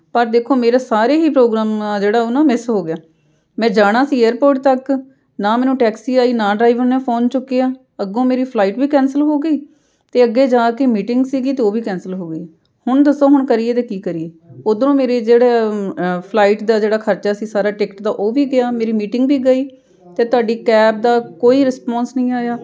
ਪਰ ਦੇਖੋ ਮੇਰੇ ਸਾਰੇ ਹੀ ਪ੍ਰੋਗਰਾਮ ਜਿਹੜਾ ਉਹ ਨਾ ਮਿਸ ਹੋ ਗਿਆ ਮੈਂ ਜਾਣਾ ਸੀ ਏਅਰਪੋਰਟ ਤੱਕ ਨਾ ਮੈਨੂੰ ਟੈਕਸੀ ਆਈ ਨਾ ਡਰਾਈਵਰ ਨੇ ਫੋਨ ਚੁੱਕਿਆ ਅੱਗੋਂ ਮੇਰੀ ਫਲਾਈਟ ਵੀ ਕੈਂਸਲ ਹੋ ਗਈ ਅਤੇ ਅੱਗੇ ਜਾ ਕੇ ਮੀਟਿੰਗ ਸੀਗੀ ਅਤੇ ਉਹ ਵੀ ਕੈਂਸਲ ਹੋ ਗਈ ਹੁਣ ਦੱਸੋ ਹੁਣ ਕਰੀਏ ਤਾਂ ਕੀ ਕਰੀਏ ਉੱਧਰੋਂ ਮੇਰੇ ਜਿਹੜਾ ਫਲਾਈਟ ਦਾ ਜਿਹੜਾ ਖਰਚਾ ਸੀ ਸਾਰਾ ਟਿਕਟ ਦਾ ਉਹ ਵੀ ਗਿਆ ਮੇਰੀ ਮੀਟਿੰਗ ਵੀ ਗਈ ਅਤੇ ਤੁਹਾਡੀ ਕੈਬ ਦਾ ਕੋਈ ਰਿਸਪੋਂਸ ਨਹੀਂ ਆਇਆ